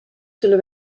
zullen